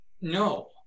No